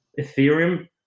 Ethereum